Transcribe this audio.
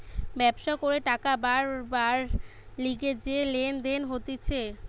ব্যবসা করে টাকা বারবার লিগে যে লেনদেন হতিছে